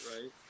right